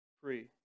free